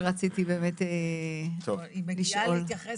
אז רגע, קודם כל אני אגיד תודה רבה